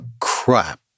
crap